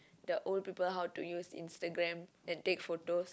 the old people who to use the Instagram and take photos